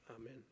Amen